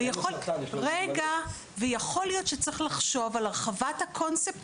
יכול להיות שצריך לחשוב על הרחבת הקונספט